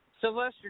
Sylvester